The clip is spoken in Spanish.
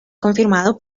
confirmado